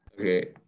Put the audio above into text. Okay